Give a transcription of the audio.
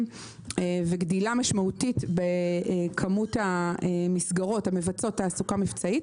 וגידול משמעותי בכמות המסגרות המבצעות תעסוקה מבצעית